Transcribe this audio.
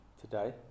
today